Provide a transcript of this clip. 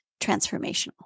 transformational